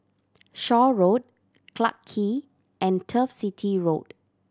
Shaw Road Clarke Quay and Turf City Road